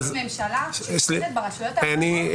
הממשלה שולטת ברשויות האחרות.